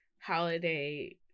holiday